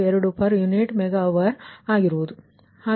452 per unit megawatt ಆಗಿರುವುದು